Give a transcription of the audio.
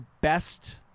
best